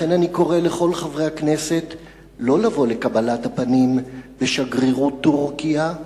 לכן אני קורא לכל חברי הכנסת שלא לבוא לקבלת הפנים בשגרירות טורקיה,